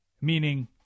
meaning